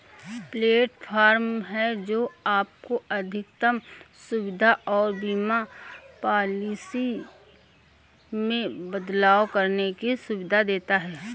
platform है, जो आपको अधिकतम सुविधा और बीमा पॉलिसी में बदलाव करने की सुविधा देता है